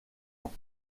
ans